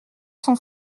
son